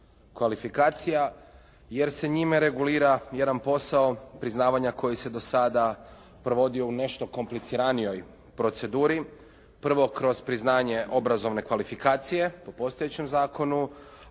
kvalifikacija jer se njime regulira jedan posao priznavanja koji se do sada provodio u nešto kompliciranijoj proceduri. Prvo kroz priznanje obrazovne kvalifikacije po postojećem zakonu,